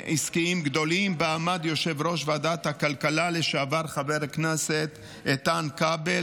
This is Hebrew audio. שבראשה עמד יושב-ראש ועדת הכלכלה לשעבר חבר הכנסת איתן כבל.